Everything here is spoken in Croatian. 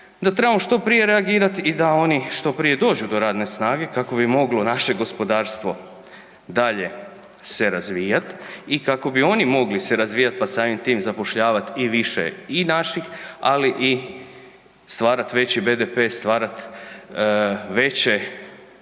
da trebamo što prije reagirati i da oni što prije dođu do radne snage kako bi moglo naše gospodarstvo dalje se razvijat i kako bi oni mogli se razvijat pa sam tim zapošljavat i više i naših ali i stvarat veći BDP, stvarat veće